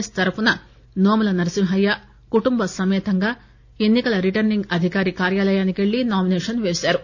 yes తరఫున నోముల నరసింహయ్య కుటుంబ సమేతంగా ఎన్ని కల రిటర్సింగ్ అధికారి కార్యాలయానికి పెళ్ళి నామిసేషన్ పేశారు